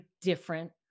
different